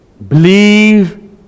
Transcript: believe